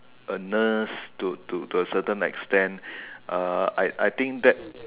a nurse to to to a certain extent uh I I think that